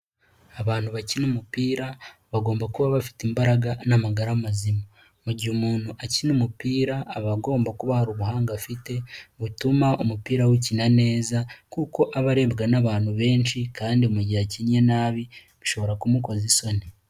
Abantu bakina umupira bagomba kuba bafite imbaraga n'amagara mazima, mu gihe umuntu akina umupira aba agomba kuba hari ubuhanga afite butuma umupira awukina neza kuko aba arebwa n'abantu benshi kandi mu gihe akinnye nabi bishobora kumukoza isoni.